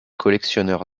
collectionneur